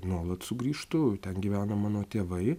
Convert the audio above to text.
nuolat sugrįžtu ten gyvena mano tėvai